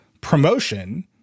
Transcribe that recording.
promotion